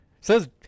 Says